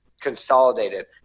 consolidated